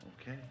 Okay